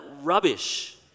rubbish